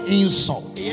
insult